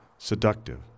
seductive